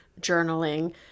journaling